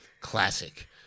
classic